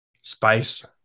spice